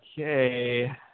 Okay